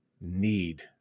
need